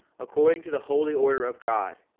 according to the holy order of god,